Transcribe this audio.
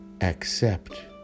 accept